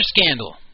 scandal